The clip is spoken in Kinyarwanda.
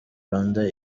rwanda